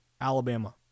Alabama